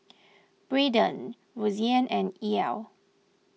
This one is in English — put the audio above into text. Braiden Roseann and Ell